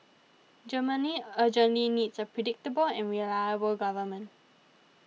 Germany urgently needs a predictable and reliable government